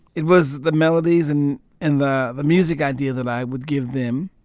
it was the melodies and and the the music idea that i would give them.